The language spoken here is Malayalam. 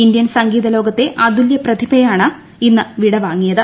ഇന്ത്യൻ സംഗീത ലോകത്തെ അതുല്യ പ്രി്ചിട്ടുയാണ് ഇന്ന് വിട വാങ്ങിയത്